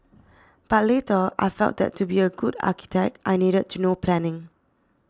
but later I felt that to be a good architect I needed to know planning